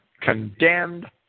condemned